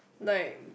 like